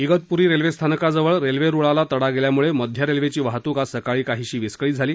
ीतपूरी railway स्थानकाजवळ railway रुळाला तडा गेल्यामुळे मध्य रेल्वेची वाहतूक आज सकाळी काहीशी विस्कळीत झाली